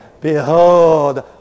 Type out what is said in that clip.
Behold